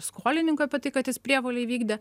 skolininkui apie tai kad jis prievolę įvykdė